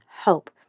hope